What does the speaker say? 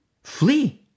Flee